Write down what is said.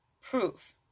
proof